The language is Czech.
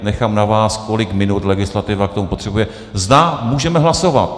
Nechám na vás, kolik minut legislativa k tomu potřebuje, zda můžeme hlasovat.